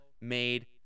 made